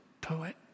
poet